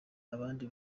abandi